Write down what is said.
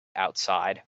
outside